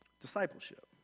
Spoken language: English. Discipleship